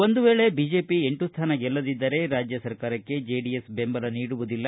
ಒಂದು ವೇಳೆ ಬಿಜೆಪಿ ಎಂಟು ಸ್ಥಾನ ಗೆಲ್ಲದಿದ್ದರೆ ರಾಜ್ಯ ಸರ್ಕಾರಕ್ಕೆ ಜೆಡಿಎಸ್ ಬೆಂಬಲ ನೀಡುವುದಿಲ್ಲ